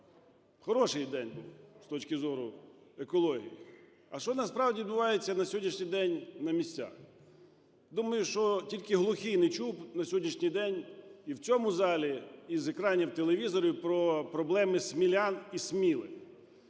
Хороший день був з точки зору екології. А що насправді відбувається на сьогоднішній день на місцях? Думаю, що тільки глухий не чув на сьогоднішній день і в цьому залі, і з екранів телевізорів про проблеми смілян і Сміли.